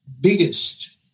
biggest